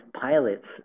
pilots